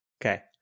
Okay